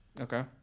Okay